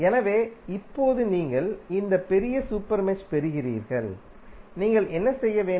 எனவே இப்போது நீங்கள் இந்த பெரிய சூப்பர் மெஷ் பெறுகிறீர்கள் நீங்கள் என்ன செய்ய வேண்டும்